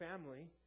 family